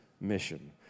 mission